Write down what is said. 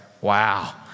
Wow